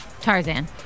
Tarzan